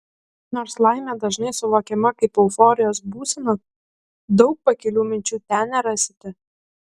nors laimė dažnai suvokiama kaip euforijos būsena daug pakilių minčių ten nerasite